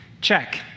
Check